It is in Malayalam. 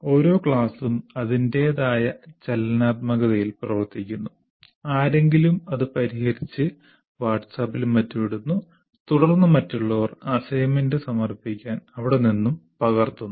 ഓരോ ക്ലാസും അതിന്റേതായ ചലനാത്മകതയിൽ പ്രവർത്തിക്കുന്നു ആരെങ്കിലും അത് പരിഹരിച്ച് വാട്സാപ്പിൽ ഇടുന്നു തുടർന്ന് മറ്റുള്ളവർ അസൈൻമെന്റ് സമർപ്പിക്കാൻ അവിടെ നിന്ന് പകർത്തുന്നു